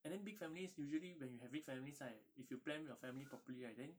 and then big families usually when you have big families right if you plan with your family properly right then